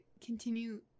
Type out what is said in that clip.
continue